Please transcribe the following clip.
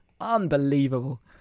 Unbelievable